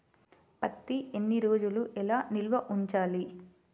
పత్తి ఎన్ని రోజులు ఎలా నిల్వ ఉంచాలి?